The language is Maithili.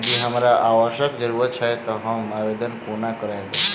यदि हमरा आवासक जरुरत छैक तऽ हम आवेदन कोना करबै?